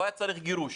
לא היה צריך גירוש.